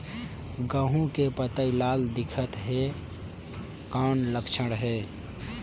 गहूं के पतई लाल दिखत हे कौन लक्षण हे?